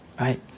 Right